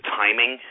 timing